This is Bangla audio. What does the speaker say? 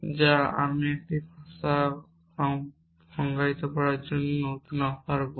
যা আমরা একটি ভাষা সংজ্ঞায়িত করার জন্য নতুন অফার করি